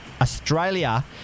Australia